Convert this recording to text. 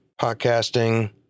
podcasting